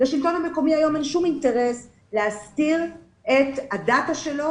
לשלטון המקומי היום אין שום אינטרס להסתיר את הדאטה שלו